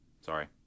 sorry